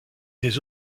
des